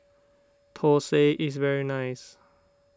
Thosai is very nice